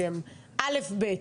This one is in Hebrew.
לו א"ב,